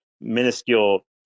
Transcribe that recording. minuscule